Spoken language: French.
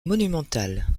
monumental